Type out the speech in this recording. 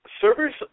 Servers